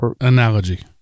analogy